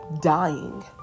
dying